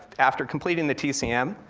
after completing the tcm,